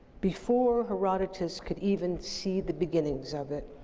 before herodotus could even see the beginnings of it.